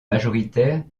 majoritaire